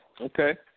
Okay